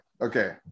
okay